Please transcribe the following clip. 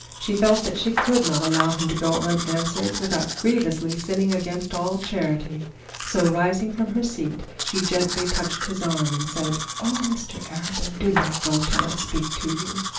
she felt that she could not allow him to go unanswered without grievously sinning against all charity so, rising from her seat, she gently touched his arm and said oh, mr arabin, do not go till i speak to you!